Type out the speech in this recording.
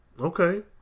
Okay